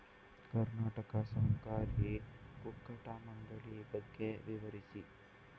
ಕರ್ನಾಟಕ ಸಹಕಾರಿ ಕುಕ್ಕಟ ಮಂಡಳಿ ಬಗ್ಗೆ ವಿವರಿಸಿ?